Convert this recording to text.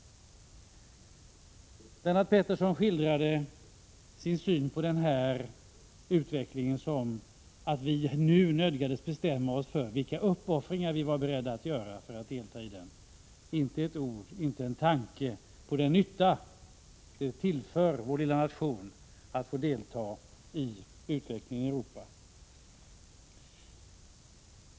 Lennart Pettersson skildrade sin syn på denna utveckling så att vi nu nödgades bestämma oss för vilka uppoffringar vi var beredda att göra för att delta i den — inte ett ord om, inte en tanke på den nytta det tillför vår lilla nation att få delta i utvecklingen i Europa.